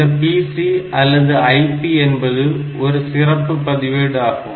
இந்த PC அல்லது IP என்பது ஒரு சிறப்பு பதிவேடு ஆகும்